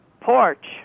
porch